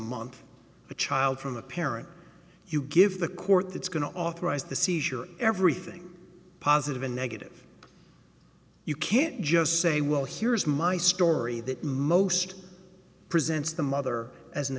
month a child from a parent you give the court that's going to authorize the seizure everything positive and negative you can't just say well here's my story that most presents the mother as an